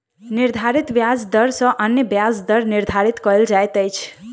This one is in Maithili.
निर्धारित ब्याज दर सॅ अन्य ब्याज दर निर्धारित कयल जाइत अछि